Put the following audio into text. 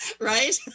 right